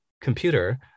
computer